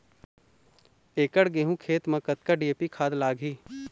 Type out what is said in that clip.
एकड़ गेहूं खेत म कतक डी.ए.पी खाद लाग ही?